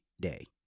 day